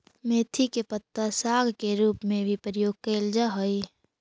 मेथी के पत्ता साग के रूप में भी प्रयोग कैल जा हइ